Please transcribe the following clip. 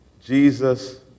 Jesus